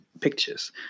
pictures